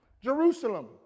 Jerusalem